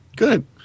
Good